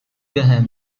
بهم